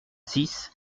six